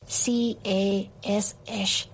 cash